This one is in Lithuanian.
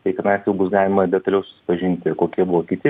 tai tenais jau bus galima detaliau susipažinti ir kokie buvo kiti